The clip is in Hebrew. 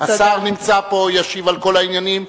השר נמצא פה והוא ישיב על כל העניינים.